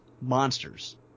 monsters